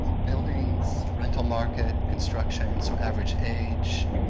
buildings, rental market, construction, so average age,